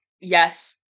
Yes